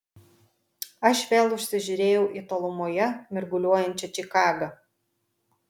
aš vėl užsižiūrėjau į tolumoje mirguliuojančią čikagą